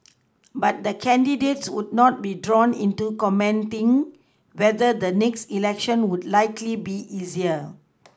but the candidates would not be drawn into commenting whether the next election would likely be easier